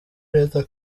neza